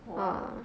!wow!